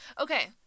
Okay